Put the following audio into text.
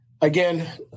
again